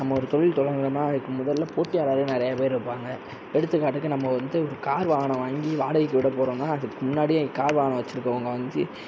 நம்ம ஒரு தொழில் தொடங்குனோம்னா அதுக்கு முதலில் போட்டியாளர்கள் நிறையா பேர் இருப்பாங்க எடுத்துக்காட்டுக்கு நம்ம வந்து ஒரு கார் வாகனம் வாங்கி வாடகைக்கு விடபோறோம்னா அதுக்கு முன்னாடியே கார் வாகனம் வச்சுருக்கவுங்க வஞ்சி